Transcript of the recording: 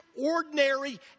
ordinary